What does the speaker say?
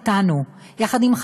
שוב,